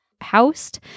housed